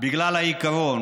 בגלל העיקרון